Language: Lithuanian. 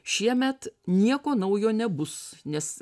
šiemet nieko naujo nebus nes